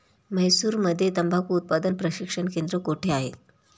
म्हैसूरमध्ये तंबाखू उत्पादन प्रशिक्षण केंद्र कोठे आहे?